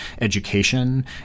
education